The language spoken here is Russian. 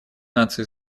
наций